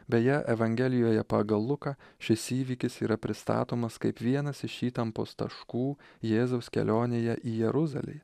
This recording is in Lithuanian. beje evangelijoje pagal luką šis įvykis yra pristatomas kaip vienas iš įtampos taškų jėzaus kelionėje į jeruzalei